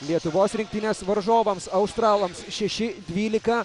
lietuvos rinktinės varžovams australams šeši dvylika